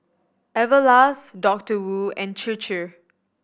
Everlast Doctor Wu and Chir Chir